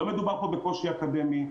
לא מדובר על פה בקושי אקדמי,